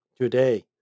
Today